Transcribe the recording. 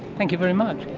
thank you very much.